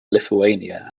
lithuania